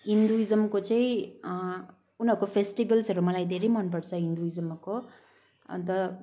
हिन्दूज्मको चाहिँ उनीहरूको फेस्टिबल्सहरू मलाई धेरै मनपर्छ हिन्दूज्मको अन्त